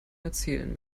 erzählen